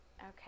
Okay